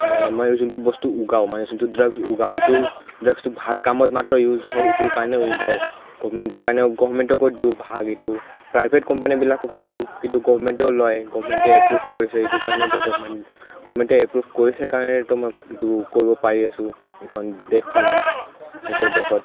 মানে মই যোনটো বস্তু ওগাওঁ মানে যোনটো ড্ৰাগছ ওগাওঁ এইটো ড্ৰাগছটো ভাল কামত মাত্ৰ ইউজ হওক সেইটোৰ কাৰণেও ওগাওঁ গভমেণ্টৰ কাৰণে গভমেণ্টকো দিওঁ ভাগ এইটো প্ৰাইভেট কম্পানীবিলাককো দিওঁ কিন্তু গভমেণ্টেও লয় গভমেণ্টে এপ্ৰুভ কৰিছে এইটো কাৰণেতো গভমেণ্ট গভমেণ্টে এপ্ৰুভ কৰিছে কাৰণে এইটো মই কৰিব পাৰি আছো এইখন দেশখনত নিজৰ দেশত